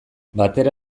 batera